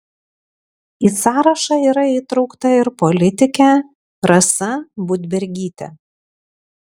į sąrašą yra įtraukta ir politikė rasa budbergytė